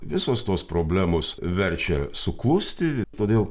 visos tos problemos verčia suklusti todėl